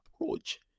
approach